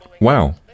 Wow